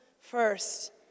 first